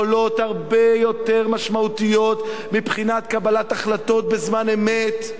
יכולות הרבה יותר משמעותיות מבחינת קבלת החלטות בזמן אמת,